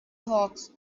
hawks